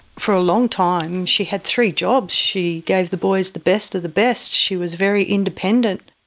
for a long time she had three jobs, she gave the boys the best of the best, she was very independent.